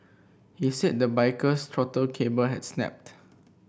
he said the biker's throttle cable had snapped